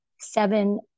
seven